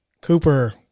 Cooper